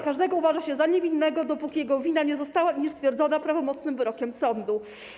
Każdego uważa się za niewinnego, dopóki jego wina nie zostanie stwierdzona prawomocnym wyrokiem sądu.